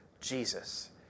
Jesus